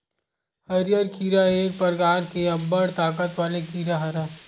हरियर कीरा एक परकार के अब्बड़ ताकत वाले कीरा हरय